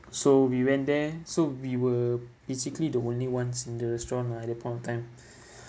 so we went there so we were basically the only ones in the restaurant lah at that point of time